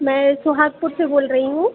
मैं सुहागपुर से बोल रही हूँ